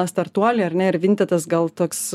startuoliai ar ne ir vintedas gal toks